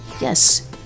Yes